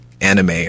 anime